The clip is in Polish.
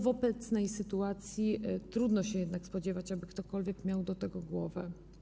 W obecnej sytuacji trudno się jednak spodziewać, aby ktokolwiek miał do tego głowę.